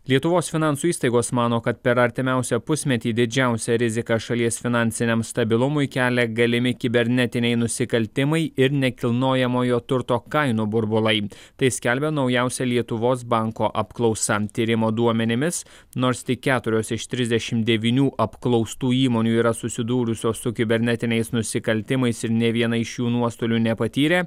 lietuvos finansų įstaigos mano kad per artimiausią pusmetį didžiausią riziką šalies finansiniam stabilumui kelia galimi kibernetiniai nusikaltimai ir nekilnojamojo turto kainų burbulai tai skelbia naujausia lietuvos banko apklausa tyrimo duomenimis nors tik keturios iš trisdešim devynių apklaustų įmonių yra susidūrusios su kibernetiniais nusikaltimais ir nė viena iš jų nuostolių nepatyrė